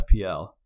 FPL